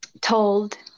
told